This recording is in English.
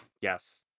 Yes